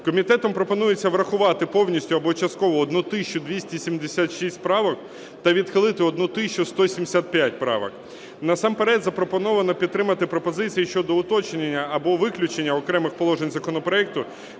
Комітетом пропонується врахувати повністю або частково одну тисячу 276 правок та відхилити одну тисячу 175 правок. Насамперед запропоновано підтримати пропозиції щодо уточнення або виключення окремих положень законопроекту